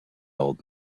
old